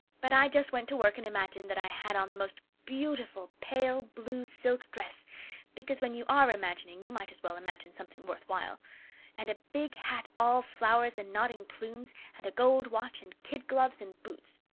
but i just went to work and imagined that i had on the most beautiful pale blue silk dress because when you are imagining you might as well imagine something worth while and a big hat all flowers and nodding plumes, and a gold watch, and kid gloves and boots.